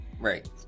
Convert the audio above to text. Right